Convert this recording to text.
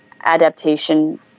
adaptation